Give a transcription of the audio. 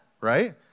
right